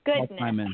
goodness